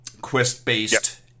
Quest-based